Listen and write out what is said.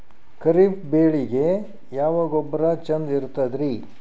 ಖರೀಪ್ ಬೇಳಿಗೆ ಯಾವ ಗೊಬ್ಬರ ಚಂದ್ ಇರತದ್ರಿ?